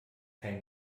kein